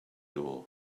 door